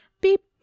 beep